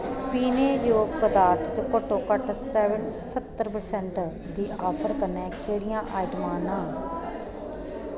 पीने जोग पदार्थ च घट्टोघट्ट से स्हत्तर परसेंट दी आफर कन्नै केह्ड़ियां आइटमां न